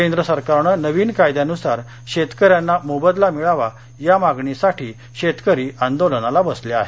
केंद्र सरकारच्या नविन कायद्यानुसार शेतकऱ्यांना मोबदला मिळावा या मागणीसाठी शेतकरी आंदोलनाला बसले आहेत